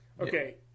Okay